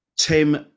Tim